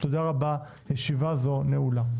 תודה רבה, ישיבה זו נעולה.